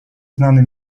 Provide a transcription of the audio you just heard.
znany